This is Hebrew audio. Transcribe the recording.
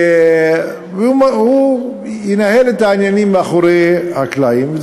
הוא ינהל את העניינים מאחורי הקלעים.